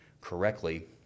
correctly